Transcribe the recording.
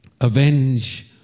Avenge